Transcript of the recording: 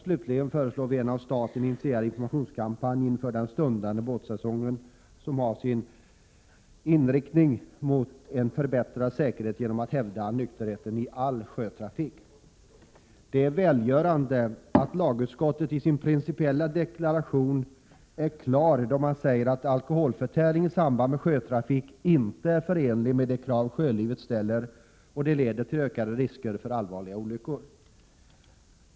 Slutligen föreslår vi en av staten inför den stundande båtsäsongen initierad informationskampanj med inriktning på en förbättrad säkerhet genom hävdandet av nykterhet vid all sjötrafik. Det är välgörande att lagutskottet i sin principiella deklaration är klar, då man säger att alkoholförtäring i samband med sjötrafik inte är förenlig med de krav sjölivet ställer, utan leder till ökade risker för allvarliga olyckor.